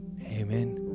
Amen